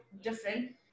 different